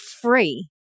free